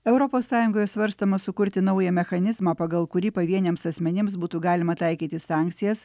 europos sąjungoje svarstoma sukurti naują mechanizmą pagal kurį pavieniams asmenims būtų galima taikyti sankcijas